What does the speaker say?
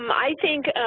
um i think,